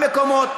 במקומות,